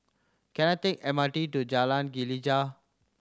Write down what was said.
can I take M R T to Jalan Gelegar